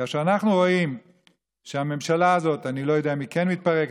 כאשר אנחנו רואים שהממשלה הזאת אני לא יודע אם היא כן מתפרקת,